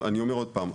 אני אומר עוד פעם,